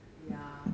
ya